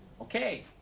Okay